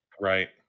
Right